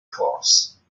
force